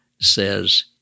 says